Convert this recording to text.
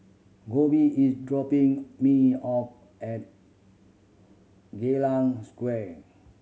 Kolby is dropping me off at Geylang Square